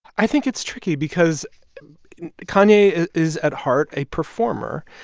i think it's tricky because kanye is, at heart, a performer.